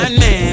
man